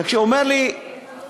הוא לא אמר לך אח שלך.